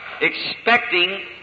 expecting